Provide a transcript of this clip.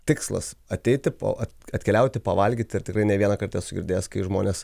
tikslas ateiti po atkeliauti pavalgyti ir tikrai ne vieną kartą esu girdėjęs kai žmonės